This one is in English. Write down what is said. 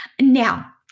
Now